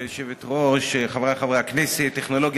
אנו עוברים להצעת חוק התקשורת (בזק ושידורים)